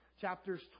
chapters